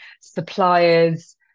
suppliers